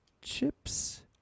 chip's